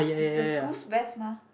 is the school's vest mah